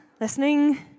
listening